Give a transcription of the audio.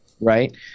Right